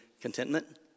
contentment